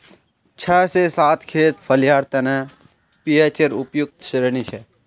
छह से सात खेत फलियार तने पीएचेर उपयुक्त श्रेणी छे